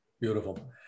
Beautiful